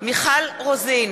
מיכל רוזין,